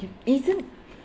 isn't